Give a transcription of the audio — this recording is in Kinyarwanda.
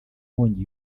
nkongi